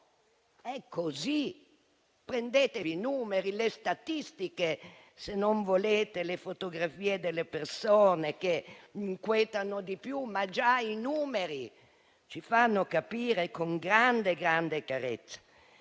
È così. Prendete i numeri e le statistiche; se non volete, guardate le fotografie delle persone. Queste inquietano di più, ma già i numeri ci fanno capire, con grande chiarezza,